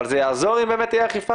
אבל זה יעזור אם באמת תהיה אכיפה?